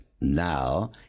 now